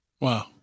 Wow